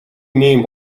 name